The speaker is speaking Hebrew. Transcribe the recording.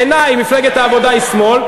בעיני מפלגת העבודה היא שמאל,